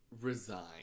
resign